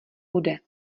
bude